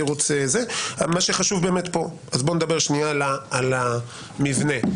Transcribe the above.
נדבר על המבנה.